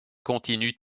continuent